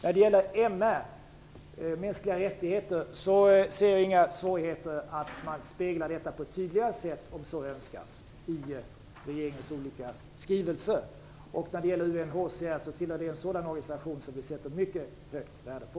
När det gäller de mänskliga rättigheterna ser jag inga svårigheter att spegla detta på ett tydligare sätt i regeringens olika skrivelser om så önskas. UNHCR är en organisation som vi sätter mycket stort värde på.